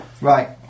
Right